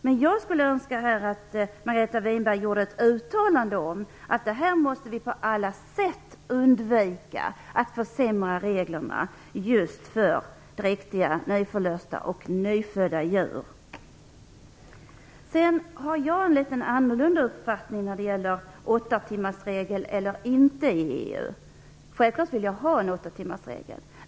Men jag skulle önska att Margareta Winberg gjorde ett uttalande om att vi på alla sätt måste undvika att försämra reglerna just för dräktiga, nyförlösta och nyfödda djur. Jag har en annorlunda uppfattning i fråga om det skall vara en åttatimmarsregel eller inte i EU. Jag vill självfallet ha den regeln.